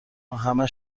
همه